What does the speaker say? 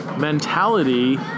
Mentality